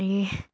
ए